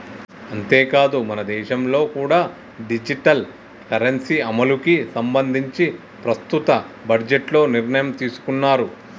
అంతేకాదు మనదేశంలో కూడా డిజిటల్ కరెన్సీ అమలుకి సంబంధించి ప్రస్తుత బడ్జెట్లో నిర్ణయం తీసుకున్నారు